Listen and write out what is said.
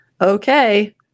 okay